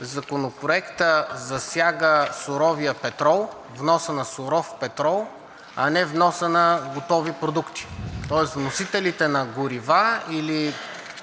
Законопроектът засяга суровия петрол, вноса на суров петрол, а не вноса на готови продукти, тоест вносителите на горива –